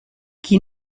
qui